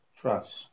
trust